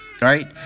Right